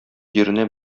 җиренә